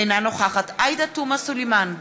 אינה נוכחת עאידה תומא סלימאן,